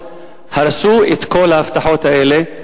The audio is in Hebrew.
הרסו את כל ההבטחות האלה.